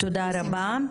תודה רבה.